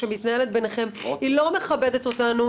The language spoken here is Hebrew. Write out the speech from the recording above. שמתנהלת ביניכם היא לא מכבדת אותנו,